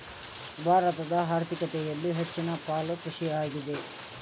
ಭಾರತದ ಆರ್ಥಿಕತೆಯಲ್ಲಿ ಹೆಚ್ಚನ ಪಾಲು ಕೃಷಿಗಿದೆ